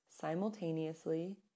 simultaneously